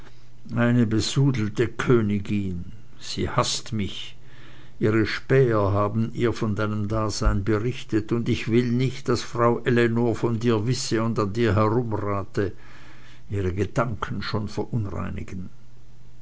eine besudelte königin sie haßt mich ihre späher haben ihr von deinem dasein berichtet und ich will nicht daß frau ellenor von dir wisse und an dir herumrate ihre gedanken schon verunreinigen